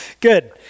Good